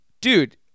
Dude